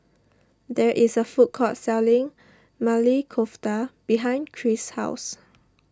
there is a food court selling Maili Kofta behind Krish's house